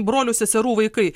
brolių seserų vaikai